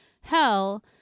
hell